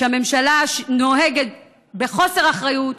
שהממשלה נוהגת בחוסר אחריות,